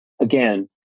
again